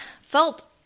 felt